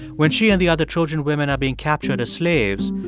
when she and the other trojan women are being captured as slaves,